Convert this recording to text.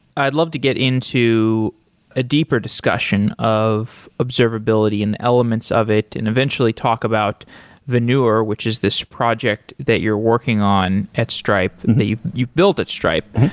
i'd love to get into a deeper discussion of observability and elements of it and eventually talk about veneur, which is this project that you're working on at stripe, and that you've you've built at stripe.